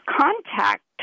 contact